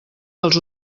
dels